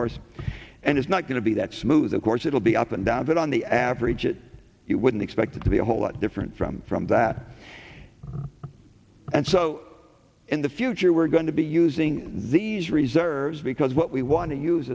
course and it's not going to be that smooth of course it'll be up and down but on the average it you wouldn't expect it to be a whole lot different from from that and so in the future we're going to be using these reserves because what we want to use